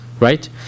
right